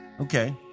Okay